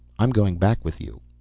i'm going back with you.